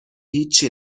هیچی